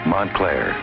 Montclair